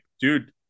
dude